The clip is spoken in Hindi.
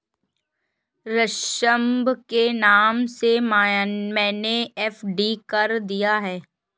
ऋषभ के नाम से मैने एफ.डी कर दिया है